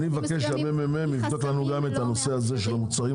מבקש שהממ"מ יבדוק לנו גם את הנושא הזה של המותגים